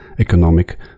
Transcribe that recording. economic